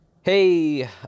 Hey